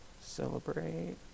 celebrate